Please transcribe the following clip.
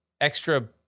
extra